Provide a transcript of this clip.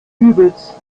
übels